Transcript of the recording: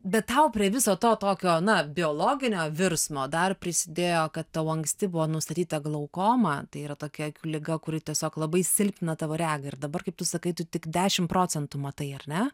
bet tau prie viso to tokio na biologinio virsmo dar prisidėjo kad tau anksti buvo nustatyta glaukoma tai yra tokia liga kuri tiesiog labai silpnina tavo regą ir dabar kaip tu sakai tu tik dešim procentų matai ar ne